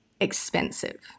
expensive